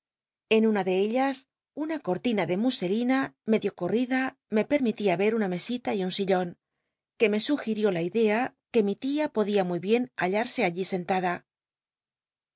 en una de ellas una cortina de muselina medio corl'ida me permitía rer una mesita y un sillon que me sugirió la idea que mi tia podia muy bien hallarse sentada allí